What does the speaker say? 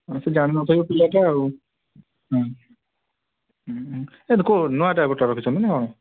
ହଁ ସେ ଜାଣି ନ ଥିବ ପିଲାଟା ଆଉ ହଁ ହୁଁ ହୁଁ ସେ କେଉଁ ନୂଆଟା ଗୋଟେ ରଖିଛନ୍ତି ନା କ'ଣ